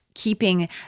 Keeping